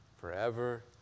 forever